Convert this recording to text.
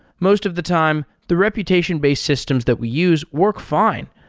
most of the time, the reputation-based systems that we use work fine,